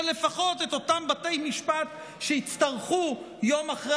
אבל לפחות את אותם בתי משפט שיצטרכו יום אחרי